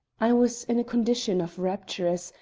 i was in a condition of rapturous,